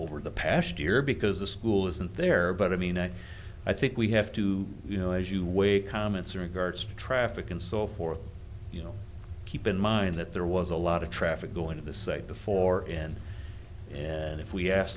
over the past year because the school isn't there but i mean i think we have to you know as you weigh comments regards traffic and so forth you know keep in mind that there was a lot of traffic going to the site before in and if we asked